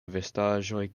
vestaĵoj